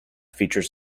features